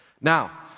Now